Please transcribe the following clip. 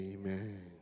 Amen